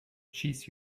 cheese